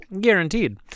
Guaranteed